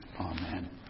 Amen